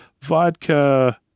Vodka